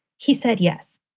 he said yes.